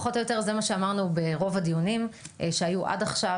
פחות או יותר זה מה שאמרנו ברוב הדיונים שהיו עד עכשיו: